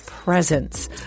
presence